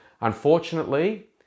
Unfortunately